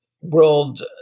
world